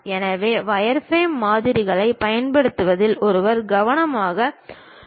எனவே வயர்ஃப்ரேம் மாதிரிகளைப் பயன்படுத்துவதில் ஒருவர் கவனமாக இருக்க வேண்டும்